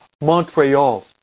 Montreal